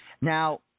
Now